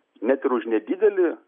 net ir už nedidelį